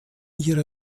ihre